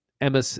Emma